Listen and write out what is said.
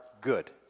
good